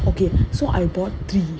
okay so I bought three